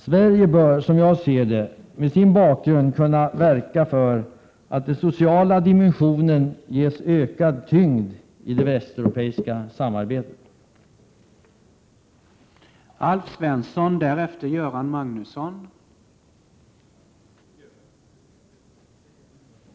Sverige bör — som jag ser det — med sin bakgrund kunna verka för att den sociala dimensionen ges ökad tyngd i det västeuropeiska samarbetet.